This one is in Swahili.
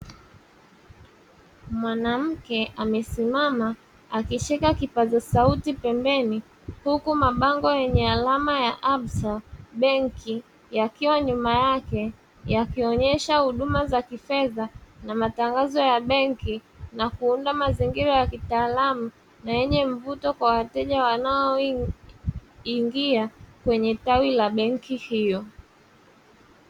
Mwanamke amesimama akishika kipaza sauti pembeni huku mabango yenye alama ya ABSA benki, yakiwa nyuma yake yakionyesha huduma za kifedha na matangazo ya benki, na kuunda mazingira ya kitaalamu na yenye mvuto kwa wateja wanaoingia kwenye tawi la benki hiyo.